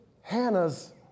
Hannah's